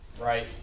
Right